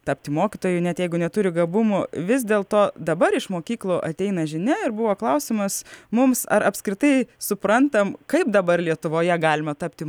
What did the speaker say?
tapti mokytoju net jeigu neturi gabumų vis dėlto dabar iš mokyklų ateina žinia ar buvo klausimas mums ar apskritai suprantam kaip dabar lietuvoje galima tapti